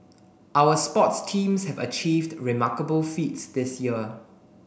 our sports teams have achieved remarkable feats this year